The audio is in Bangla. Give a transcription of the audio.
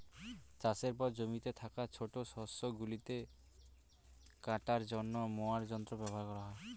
চাষের পর জমিতে থাকা ছোট শস্য গুলিকে কাটার জন্য মোয়ার যন্ত্র ব্যবহার করা হয়